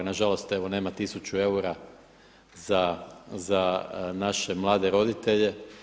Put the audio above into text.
Nažalost evo nema tisuću eura za naše mlade roditelje.